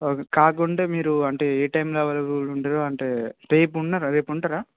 okay కాదు అంటే మీరు అంటే ఏ టైమ్లో అవేలబుల్గా ఉంటారో అంటే రేపు ఉన్నారా రేపు ఉంటారా